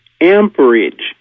amperage